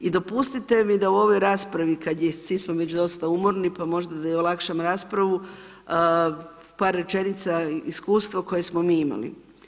I dopustite mi da u ovoj raspravi, kada svi smo mi već dosta umorni, pa možda da i olakšam raspravu, par rečenica, iskustva koje smo mi imali.